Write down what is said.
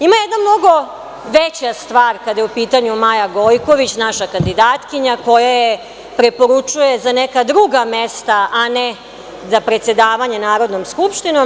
Ima jedna mnogo veća stvar kada je u pitanju Maja Gojković, naša kandidatkinja koja je preporučuje za neka druga mesta, a ne za predsedavanje Narodnom skupštinom.